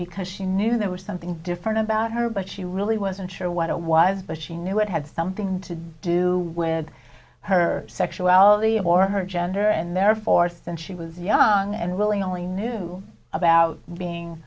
because she knew there was something different about her but she really wasn't sure what it was but she knew it had something to do with her sexuality or her gender and therefore since she was young and willing only knew about being